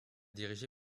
dirigé